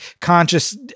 conscious